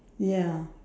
ya